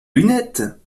lunettes